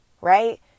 Right